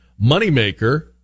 moneymaker